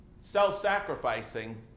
self-sacrificing